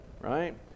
right